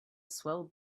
swell